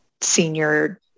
senior